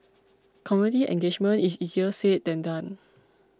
community engagement is easier said than done